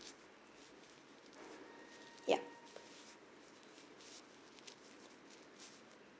yup